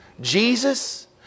Jesus